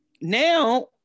now